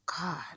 God